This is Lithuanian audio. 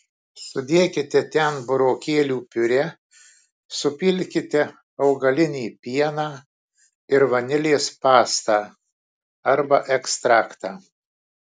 sudėkite ten burokėlių piurė supilkite augalinį pieną ir vanilės pastą arba ekstraktą